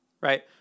right